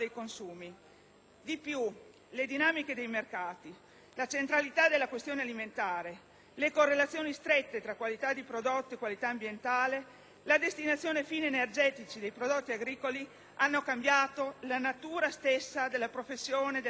Di più, le dinamiche dei mercati, la centralità della questione alimentare, le strette correlazioni tra qualità dei prodotti e qualità ambientale e la destinazione a fini energetici dei prodotti agricoli hanno cambiato la natura stessa della professione dell'agricoltore.